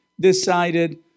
decided